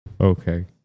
Okay